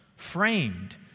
Framed